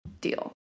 deal